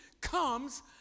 comes